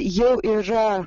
jau yra